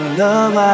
love